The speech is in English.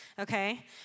Okay